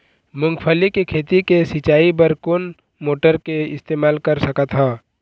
मूंगफली के खेती के सिचाई बर कोन मोटर के इस्तेमाल कर सकत ह?